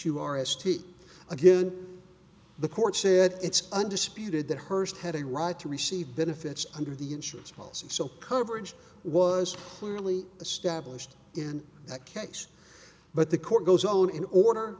u r s t again the court said it's undisputed that hearst had a right to receive benefits under the insurance policy so coverage was clearly established in that case but the court goes on in order